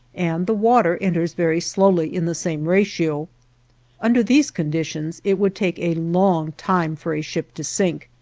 and the water enters very slowly in the same ratio under these conditions it would take a long time for a ship to sink.